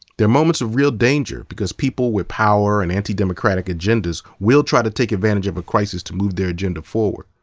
they're moments of real danger because people with power and anti-democratic agendas will try to take advantage of a crisis to move their agenda forward.